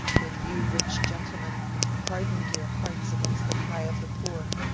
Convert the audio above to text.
when you rich gentlemen hardened your hearts against the cry of the poor.